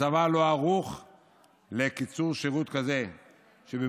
הצבא לא ערוך לקיצור שירות כזה שבמקום